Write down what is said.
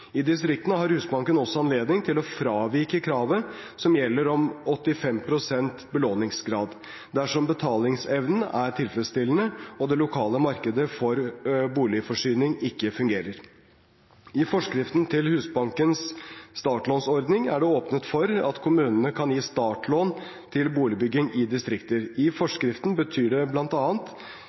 I distriktene har Husbanken også anledning til å fravike kravet som gjelder om 85 pst. belåningsgrad, dersom betalingsevnen er tilfredsstillende og det lokale markedet for boligforsyning ikke fungerer. I forskriften til Husbankens startlånsordning er det åpnet for at kommunene kan gi startlån til boligbygging i distrikter. I forskriften heter det